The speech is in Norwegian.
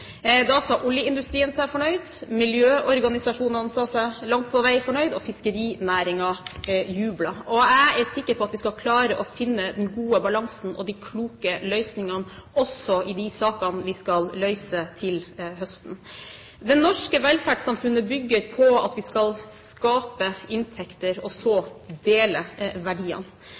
Da sa oljeindustrien seg fornøyd, miljøorganisasjonene sa seg langt på vei fornøyd, og fiskerinæringen jublet. Jeg er sikker på at vi skal klare å finne den gode balansen og de kloke løsningene – også i de sakene vi skal løse til høsten. Det norske velferdssamfunnet bygger på at vi skal skape inntekter og så dele verdiene.